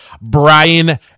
Brian